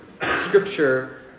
scripture